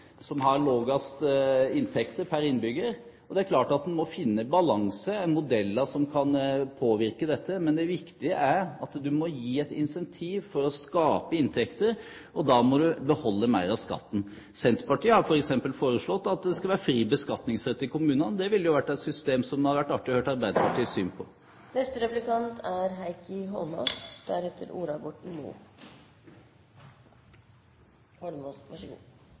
har lavest inntekt pr. innbygger, og det er klart at en må finne en balanse eller modeller som kan påvirke dette. Men det viktige er at man må gi et incentiv for å skape inntekter, og da må man beholde mer av skatten. Senterpartiet har f.eks. foreslått at det skal være fri beskatningsrett i kommunene. Det ville vært et system som det hadde vært artig å høre Arbeiderpartiets syn på. La meg bare først få begynne med å si at jeg er